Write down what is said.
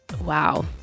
wow